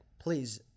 Please